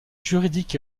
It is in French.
juridique